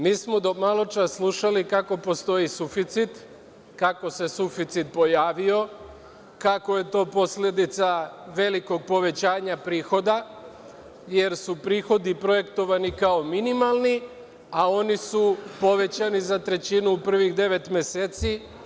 Mi smo do maločas slušali kako postoji suficit, kako se suficit pojavio, kako je to posledica velikog povećanja prihoda, jer su prihodi projektovani kao minimalni, a oni su povećani za trećinu u prvih devet meseci.